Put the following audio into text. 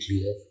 clear